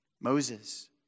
Moses